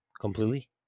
completely